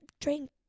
drink